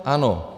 Ano.